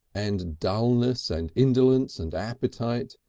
and dulness and indolence and appetite,